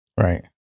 Right